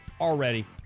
already